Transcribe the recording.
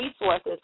resources